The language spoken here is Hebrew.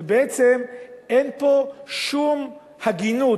ובעצם אין פה שום הגינות,